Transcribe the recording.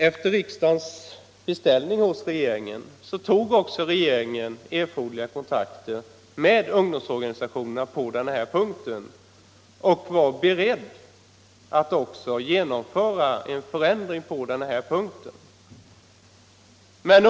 Efter riksdagens beställning hos regeringen tog regeringen erforderliga kontakter med ungdomsorganisationerna och var beredd att genomföra en ändring på den punkten.